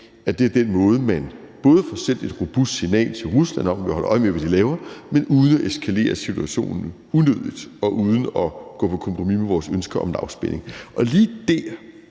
at det er den måde, man både får sendt et robust signal til Rusland om, at vi holder øje med, hvad de laver, uden at eskalere situationen unødigt og uden at gå på kompromis med vores ønske om lavspænding. Og lige dér